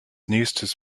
nächstes